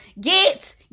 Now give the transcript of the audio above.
get